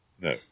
No